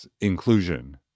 inclusion